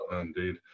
Indeed